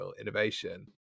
innovation